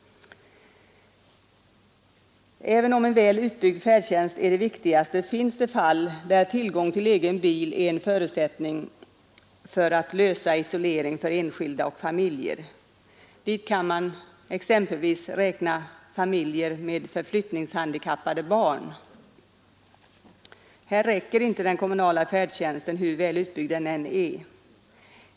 Även om en väl utbyggd färdtjänst är det viktigaste finns det fall där tillgång till egen bil är en förutsättning för att lösa isoleringen för enskilda och familjer. Till denna grupp kan man exempelvis räkna familjer med förflyttningshandikappade barn. Här räcker inte den kommunala färdtjänsten, hur väl utbyggd den än är.